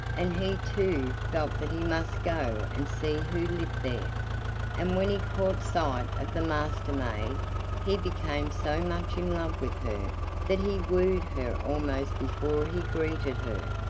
and he too felt that he must go and see who lived there and when he caught sight of the master-maid he became so much in love with her that he wooed her almost before he greeted her.